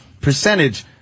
percentage